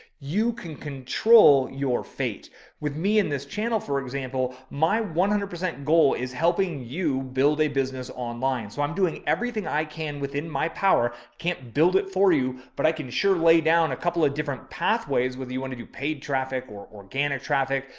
you can control your fate with me in this case handle. for example, my one hundred percent goal is helping you build a business online. so i'm doing everything i can within my power. can't build it for you, but i can sure. lay down a couple of different pathways, whether you want to do paid traffic or organic traffic,